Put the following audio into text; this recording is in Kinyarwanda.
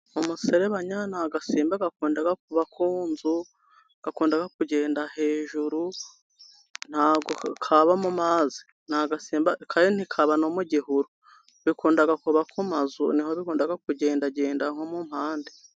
Umusarebanya ni agasimba gakunda kuba ku nzu, gakunda kugenda hejuru, nta bwo kaba mu mazi, kandi ntikaba no mu gihuru. Bikunda kuba ku mazu, niho bikunda kugendagenda nko mu mpande.